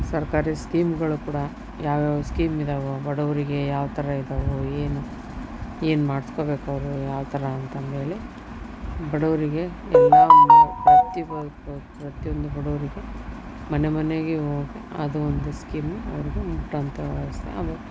ಸರ್ಕಾರಿ ಸ್ಕೀಮ್ಗಳು ಕೂಡ ಯಾವು ಯಾವು ಸ್ಕೀಮ್ ಇದಾವೆ ಬಡವ್ರಿಗೆ ಯಾವ ಥರ ಇದಾವೆ ಏನು ಏನು ಮಾಡ್ಸ್ಕೊಬೇಕು ಅವರು ಯಾವ ಥರ ಅಂತಂದು ಹೇಳಿ ಬಡವ್ರಿಗೆ ಏನೋ ಒಂದು ಪ್ರತಿ ಪ್ರತಿಯೊಂದು ಬಡವ್ರಿಗೆ ಮನೆ ಮನೆಗೆ ಹೋಗಿ ಅದು ಒಂದು ಸ್ಕೀಮು ಅವ್ರಿಗೆ ಮುಟ್ಟೋಂಥ ವ್ಯವಸ್ಥೆ ಆಗ್ಬೇಕು